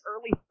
early